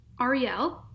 Ariel